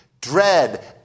dread